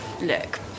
look